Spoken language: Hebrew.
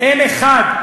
אין אחד,